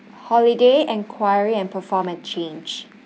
holiday enquiry and performant change